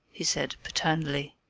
he said, paternally.